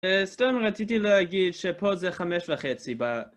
סתם רציתי להגיד שפה זה חמש וחצי ב...